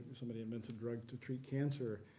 somebody invents a drug to treat cancer.